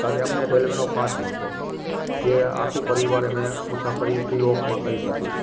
કારણ કે અમને રેલવેનો પાસ મળતો જે આખું પરિવાર એમાંય મુસાફરી ફ્રી ઓફમાં કરી શકી